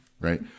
right